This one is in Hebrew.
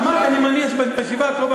אמרתי שאני מניח שבישיבה הקרובה.